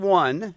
one